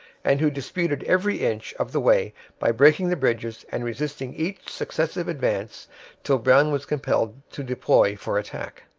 and who disputed every inch of the way by breaking the bridges and resisting each successive advance till brown was compelled to deploy for attack.